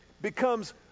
becomes